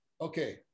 okay